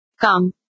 come